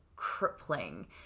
crippling